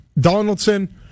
Donaldson